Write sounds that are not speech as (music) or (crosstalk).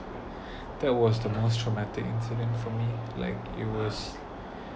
(breath) that was the most traumatic incident for me like it was (breath)